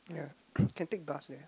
ya can take bus there